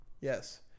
yes